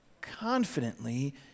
confidently